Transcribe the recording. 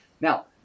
Now